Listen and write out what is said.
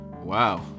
wow